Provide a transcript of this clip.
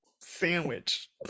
sandwich